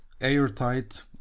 airtight